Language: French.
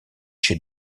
chez